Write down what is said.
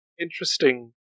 interesting